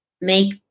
make